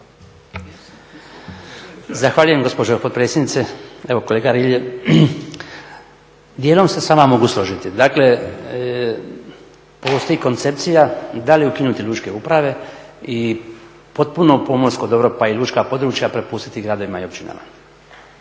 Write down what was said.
Zahvaljujem gospođo potpredsjednice. Evo kolega Rilje, dijelom se sa vama mogu složiti. Dakle ovo …/Govornik se ne razumije./… da li ukinuti lučke uprave i potpuno pomorsko dobro pa i lučka područja prepustiti gradovima i općinama.